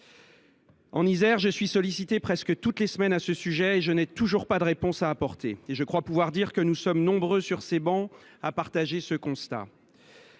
l’Isère, je suis sollicité presque chaque semaine à ce sujet et je n’ai toujours pas de réponses à apporter ; et je crois pouvoir dire que nous sommes nombreux sur ces travées à être dans ce cas.